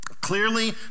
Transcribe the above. Clearly